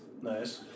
Nice